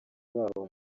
babo